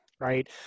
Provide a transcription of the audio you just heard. Right